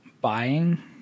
buying